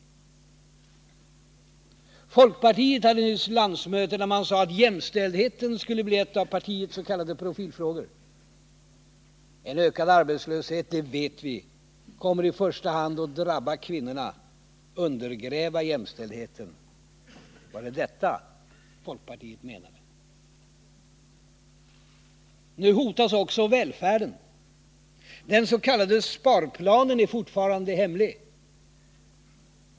Folkpartiet hade nyss landsmöte, där man sade att jämställdheten skulle bli en av partiets s.k. profilfrågor. En ökad arbetslöshet — det vet vi — kommer i första hand att drabba kvinnorna, undergräva jämställdheten. Var det detta folkpartiet menade? Nu hotas också välfärden. Den s.k. sparplanen är fortfarande hemlig.